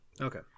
Okay